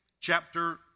chapter